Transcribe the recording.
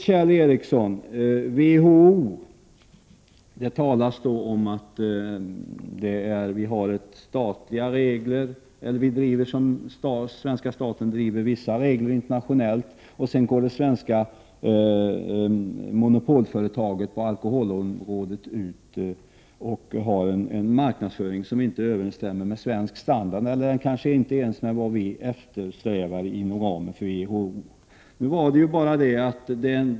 Kjell Ericsson talar om att svenska staten internationellt driver vissa regler och att det svenska monopolföretaget på alkoholområdet sedan går ut med en marknadsföring som inte överensstämmer med svensk standard och kanske inte ens med vad vi eftersträvar inom ramen för WHO.